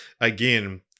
again